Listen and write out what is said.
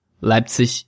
Leipzig